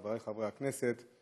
חבריי חברי הכנסת,